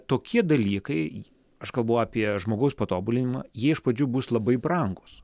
tokie dalykai aš kalbu apie žmogaus patobulinimą jie iš pradžių bus labai brangūs